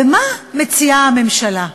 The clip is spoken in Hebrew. ומה מציעה הממשלה?